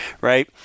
right